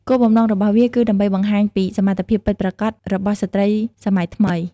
គោលបំណងរបស់វាគឺដើម្បីបង្ហាញពីសមត្ថភាពពិតប្រាកដរបស់ស្ត្រីសម័យថ្មី។